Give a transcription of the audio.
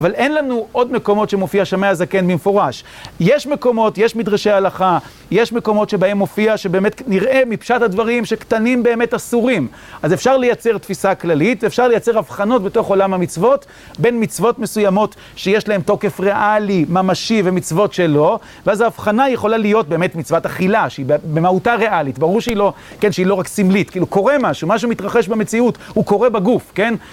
אבל אין לנו עוד מקומות שמופיע שמי הזקן במפורש. יש מקומות, יש מדרשי הלכה, יש מקומות שבהם מופיע, שבאמת נראה מפשט הדברים שקטנים באמת אסורים. אז אפשר לייצר תפיסה כללית, אפשר לייצר הבחנות בתוך עולם המצוות, בין מצוות מסוימות שיש להם תוקף ריאלי ממשי ומצוות שלא, ואז ההבחנה יכולה להיות באמת מצוות אכילה, שהיא במהותה ריאלית, ברור שהיא לא, כן, שהיא לא רק סמלית, כאילו קורה משהו, מה שמתרחש במציאות הוא קורה בגוף, כן?